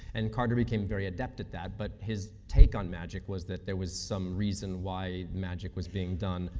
and carter became very adept at that, but his take on magic was that there was some reason why magic was being done,